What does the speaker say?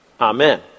Amen